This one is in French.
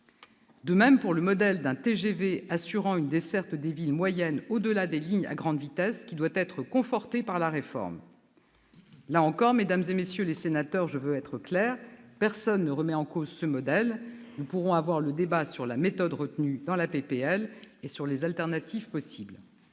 De même, le modèle d'un TGV assurant une desserte des villes moyennes au-delà des lignes à grande vitesse doit être conforté par la réforme. Là encore, mesdames, messieurs les sénateurs, je veux être claire : personne ne remet en cause ce modèle. Nous pourrons débattre de la méthode retenue dans la proposition de loi et des alternatives possibles.